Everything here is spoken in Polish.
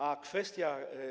A kwestia.